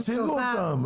תציגו אותן.